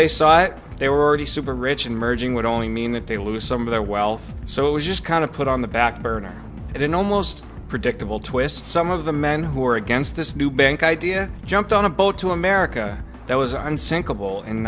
it they were already super rich and merging would only mean that they lose some of their wealth so it was just kind of put on the back burner and in almost predictable twist some of the men who are against this new bank idea jumped on a boat to america that was unsin